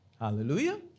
Hallelujah